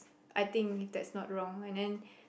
I think if that's not wrong and then